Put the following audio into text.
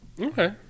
Okay